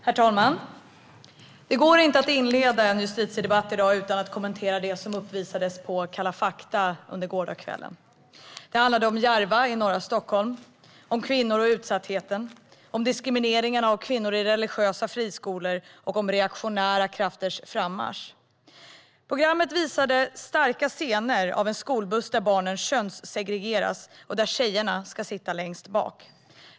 Herr talman! Det går inte att inleda en justitiedebatt i dag utan att kommentera det som visades på Kalla fakta under gårdagskvällen. Det handlade om Järva i norra Stockholm, om kvinnorna och utsattheten, om diskrimineringen av flickor i religiösa friskolor och om reaktionära krafters frammarsch. Programmet visade starka scener av en skolbuss där barnen könssegregeras och där tjejerna ska sitta längst bak.